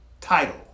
title